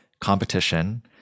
competition